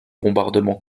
bombardements